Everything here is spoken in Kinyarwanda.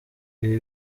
ibi